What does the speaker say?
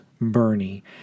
Bernie